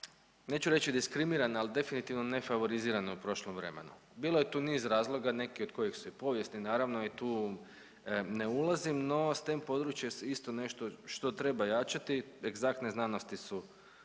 neću reći diskriminirane, ali definitivno ne favorizirane u prošlom vremenu. Bilo je tu niz razloga neki od kojih su i povijesni naravno i tu ne ulazim, no stem područje je isto nešto što treba jačati, egzaktne znanosti su